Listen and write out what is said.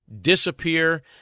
disappear